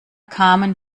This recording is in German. kamen